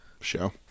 show